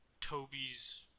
Toby's